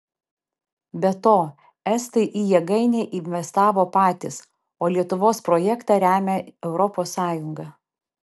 be to estai į jėgainę investavo patys o lietuvos projektą remia europos sąjunga